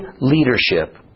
leadership